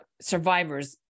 survivors